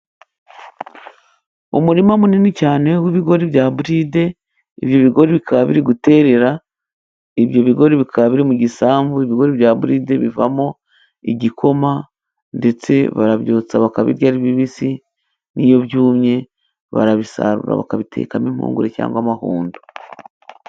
Umurima munini cyane w'ibigori bya buride. Ibigori bikaba biri guterera, ibyo bigori bikaba biri mu gisambu. Ibigori bya buride bivamo igikoma ndetse barabyotsa bakabirya ari bibisi. N'iyo byumye barabisarura bakabitekamo impungure cyangwa amahundo.